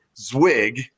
Zwig